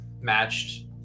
matched